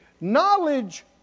Knowledge